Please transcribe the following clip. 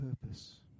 purpose